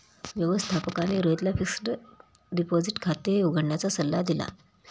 व्यवस्थापकाने रोहितला fixed deposit खाते उघडण्याचा सल्ला दिला